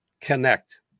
connect